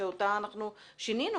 שאותה אנחנו שינינו.